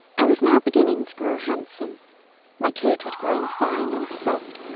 i was now beginning to grow handsome my coat had grown fine and soft,